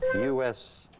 u s.